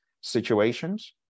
situations